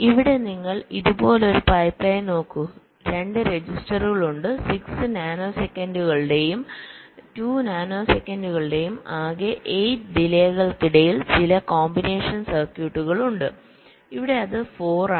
ഇവിടെ നിങ്ങൾ ഇതുപോലൊരു പൈപ്പ് ലൈൻ നോക്കൂ 2 രജിസ്റ്ററുകൾ ഉണ്ട് 6 നാനോ സെക്കൻഡുകളുടെയും 2 നാനോ സെക്കൻഡുകളുടെയും ആകെ 8 ഡിലെകൾക്കിടയിൽ ചില കോമ്പിനേഷൻ സർക്യൂട്ടുകൾ ഉണ്ട് ഇവിടെ അത് 4 ആണ്